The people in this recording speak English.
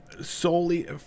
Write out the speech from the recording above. solely